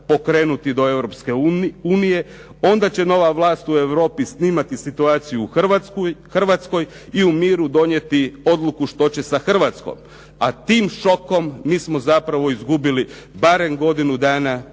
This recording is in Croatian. pokrenuti do Europske unije, onda će nova vlast u Europi snimati situaciju u Hrvatskoj i u miru donijeti odluku što će sa Hrvatskom. A tim šokom mi smo zapravo izgubili barem godinu dana u